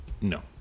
No